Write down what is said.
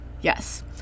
yes